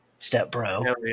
stepbro